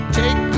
take